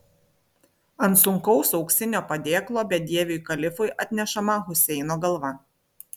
ant sunkaus auksinio padėklo bedieviui kalifui atnešama huseino galva